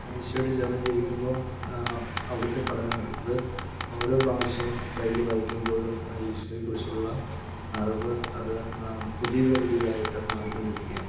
ഈശോയോട് ചേർന്ന് ജീവിക്കുമ്പം അവിടുത്തെ പഠനങ്ങൾ അത് ഓരോ പ്രാവശ്യം ബൈബിൾ വായിക്കുമ്പോഴും ഈശോയെ കുറിച്ചുള്ള അറിവ് അത് പുതിയത് പുതിയതായിട്ട് മാറിക്കൊണ്ടിരിക്കുകയാണ്